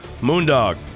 moondog